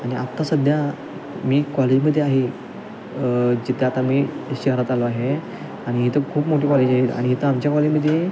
आणि आत्ता सध्या मी कॉलेजमध्ये आहे जिथे आता मी शहरात आलो आहे आणि इथं खूप मोठे कॉलेज आहे आणि इथं आमच्या कॉलेजमध्ये